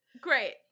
Great